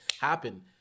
happen